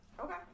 Okay